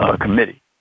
committee